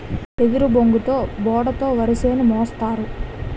ఎదురుబొంగుతో బోడ తో వరిసేను మోస్తారు